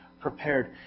prepared